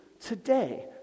today